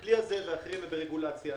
הכלי הזה וכלים אחרים הם ברגולציה,